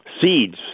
seeds